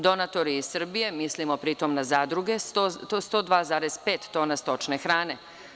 Donatori iz Srbije, mislimo pri tome na zadruge, 102,5 tona stočne hrane.